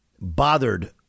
bothered